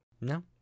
No